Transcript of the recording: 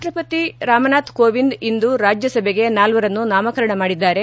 ರಾಷ್ಟಪತಿ ರಾಮನಾಥ್ ಕೋವಿಂದ್ ಇಂದು ರಾಜ್ಯಸಭೆಗೆ ನಾಲ್ವರನ್ನು ನಾಮಕರಣ ಮಾಡಿದ್ದಾರೆ